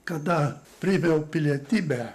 kada priėmiau pilietybę